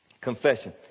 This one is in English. Confession